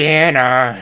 Dinner